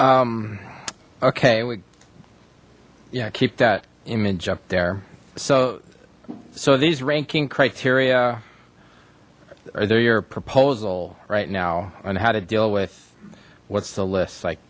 um okay we yeah keep that image up there so so these ranking criteria are there your proposal right now on how to deal with what's the list like